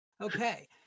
Okay